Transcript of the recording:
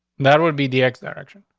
that would be the x direction.